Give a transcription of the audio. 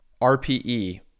RPE